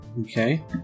Okay